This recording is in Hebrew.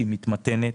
שהיא מתמתנת,